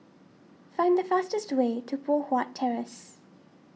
find the fastest way to Poh Huat Terrace